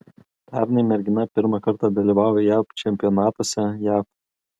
pernai mergina pirmą kartą dalyvavo jav čempionatuose jav